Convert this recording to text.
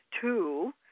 two